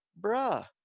bruh